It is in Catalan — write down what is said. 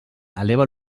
eleva